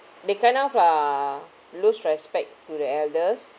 they kind of uh lose respect to the elders